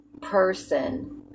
person